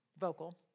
vocal